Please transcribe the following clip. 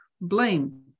blame